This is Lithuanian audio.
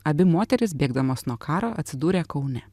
abi moterys bėgdamos nuo karo atsidūrė kaune